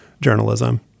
journalism